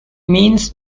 means